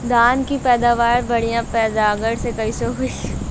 धान की पैदावार बढ़िया परागण से कईसे होई?